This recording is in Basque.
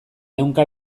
ehunka